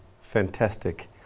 fantastic